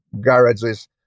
garages